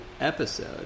episode